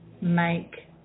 make